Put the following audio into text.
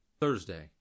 Thursday